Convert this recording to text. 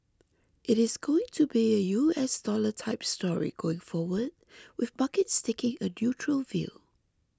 it is going to be a U S dollar type story going forward with markets taking a neutral view